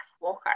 walker